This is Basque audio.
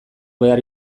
behar